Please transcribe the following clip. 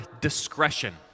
discretion